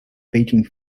baking